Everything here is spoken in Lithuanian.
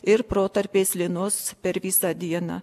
ir protarpiais lynos per visą dieną